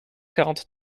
quarante